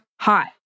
hot